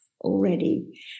already